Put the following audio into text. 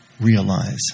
realize